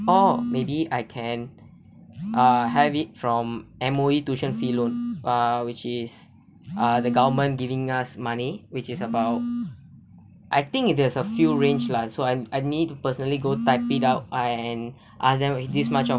or maybe I can ah have it from M_O_E tuition fee loan uh which is uh the government giving us money which is about I think it is a few range lah so I'm I need to personally go type it out and ask them if this much of